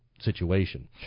situation